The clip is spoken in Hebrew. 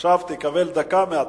עכשיו תקבל דקה מההתחלה.